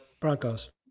Broncos